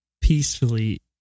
Peacefully